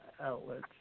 outlets